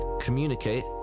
communicate